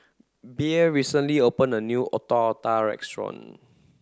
Bea recently opened a new Otak otak Restaurant